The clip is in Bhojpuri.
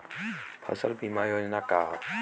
फसल बीमा योजना का ह?